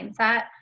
mindset